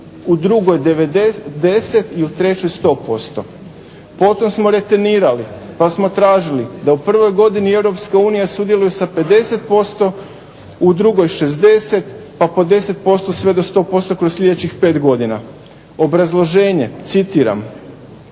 u drugoj 90% i trećoj 100%. Potom smo retenirali pa smo tražili sa u prvoj godini Europska unija sudjeluje sa 50% u drugoj 60 pa po 10 posto pa sve do 100% sljedećih 5 godina. Obrazloženje citiram: